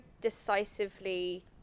decisively